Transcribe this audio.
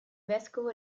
vescovo